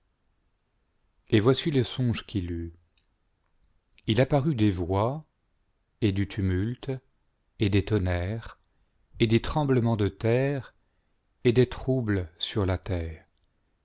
et voici le songe qu'il eut il apparut des voix et du tumulte et des tonnerres et des tremblements de terre et des troubles sur la terre